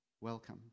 welcome